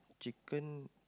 chicken